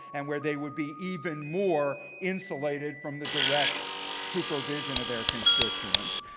and where they would be even more insulated from the direct supervision of their constituents.